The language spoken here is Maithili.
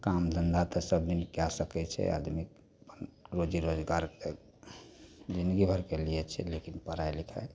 काम धन्धा तऽ सबदिन कै सकै छै आदमी रोजी रोजगार तऽ जिनगी भरिके लिए छै लेकिन पढ़ाइ लिखाइ